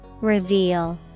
Reveal